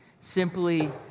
simply